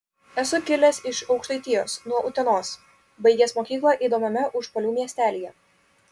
esu kilęs iš aukštaitijos nuo utenos baigęs mokyklą įdomiame užpalių miestelyje